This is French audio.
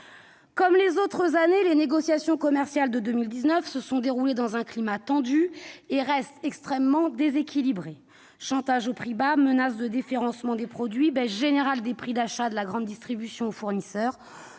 Comme les autres années, les négociations commerciales de 2019 se sont déroulées dans un climat tendu et restent extrêmement déséquilibrées : chantage aux prix bas, menace de déréférencement des produits, baisse générale des prix d'achat de la grande distribution aux fournisseurs,